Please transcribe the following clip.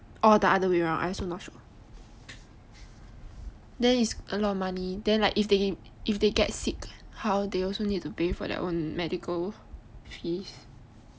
or the other way round I also not sure then it's a lot of money then like if they if they get sick how they also need to pay for their own medical fees